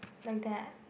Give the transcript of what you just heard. like that